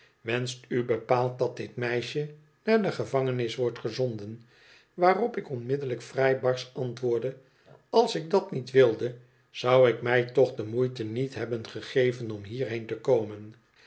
wenscht u bepaald dat dit meisje naar de gevangenis wordt gezonden waarop ik onmiddellijk vrij barsch antwoordde als ik dat niet wilde zou ik mij toch de moeite niet hebben gegeven om hierheen te komen